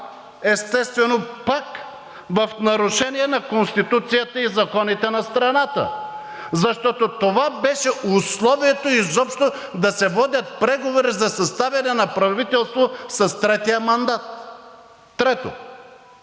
естествено, пак в нарушение на Конституцията и законите на страната, защото това беше условието изобщо да се водят преговори за съставяне на правителство с третия мандат; трето,